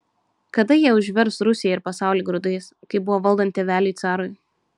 kada jie užvers rusiją ir pasaulį grūdais kaip buvo valdant tėveliui carui